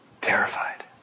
terrified